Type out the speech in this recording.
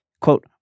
quote